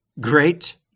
Great